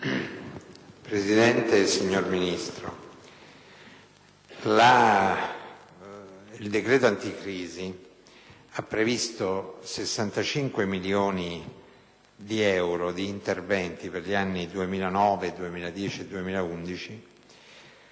Presidente, signor Ministro, il decreto anticrisi ha previsto 65 milioni di euro di intervento per gli anni 2009, 2010 e 2011